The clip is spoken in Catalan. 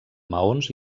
maons